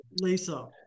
Lisa